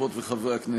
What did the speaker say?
חברות וחברי הכנסת,